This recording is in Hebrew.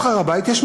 למי שייך הר-הבית?